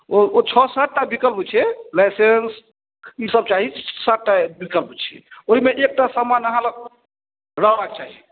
ओ ओ छओ सात टा विकल्प छै लाइसेन्स ईसब चाही सात टा विकल्प छै ओहिमे एकटा समान अहाँ लग रहबाक चाही